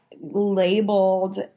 labeled